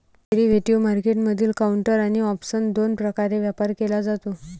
derivative मार्केटमधील counter आणि option दोन प्रकारे व्यापार केला जातो